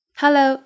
hello